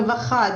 רווחה,